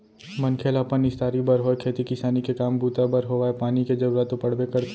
मनखे ल अपन निस्तारी बर होय खेती किसानी के काम बूता बर होवय पानी के जरुरत तो पड़बे करथे